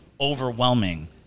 overwhelming